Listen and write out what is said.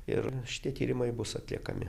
ir šitie tyrimai bus atliekami